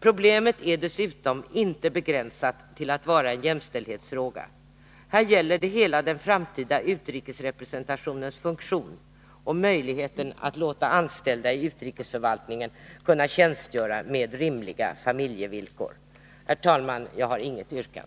Problemet är dessutom inte begränsat till att vara en jämställdhetsfråga. Här gäller det hela den framtida utrikesrepresentationens funktion och möjligheten att låta anställda i utrikesförvaltningen kunna tjänstgöra med rimliga familjevillkor. Herr talman! Jag har inget yrkande.